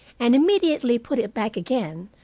and immediately put it back again,